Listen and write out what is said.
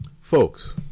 Folks